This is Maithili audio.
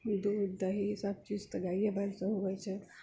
दूध दही सबचीज तऽ गाये बैल से होवै छै